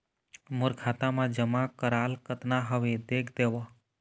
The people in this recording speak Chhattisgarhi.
मोर खाता मा जमा कराल कतना हवे देख देव?